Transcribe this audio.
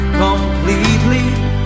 Completely